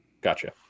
Gotcha